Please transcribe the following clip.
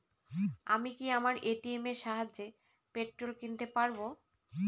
আমি কি আমার এ.টি.এম এর সাহায্যে পেট্রোল কিনতে পারব?